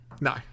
No